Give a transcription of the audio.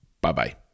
Bye-bye